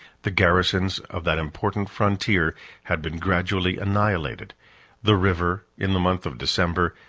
the garrisons of that important frontier had been gradually annihilated the river, in the month of december,